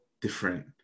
different